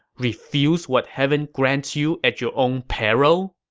refuse what heaven grants you at your own peril?